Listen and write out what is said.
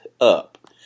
up